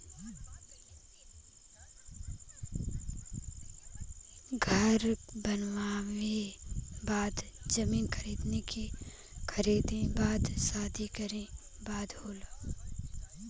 घर बनावे बदे जमीन खरीदे बदे शादी करे बदे होला